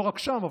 לא רק שם,